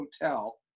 Hotel